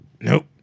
Nope